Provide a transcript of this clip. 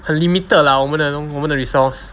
很 limited lah 我们的我们的 resource